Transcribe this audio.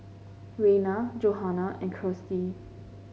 Rayna Johanna and Kirstie